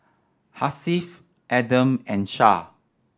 Hasif Adam and Shah